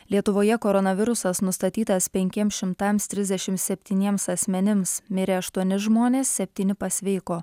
lietuvoje koronavirusas nustatytas penkiems šimtams trisdešimt septyniems asmenims mirė aštuoni žmonės septyni pasveiko